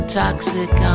toxic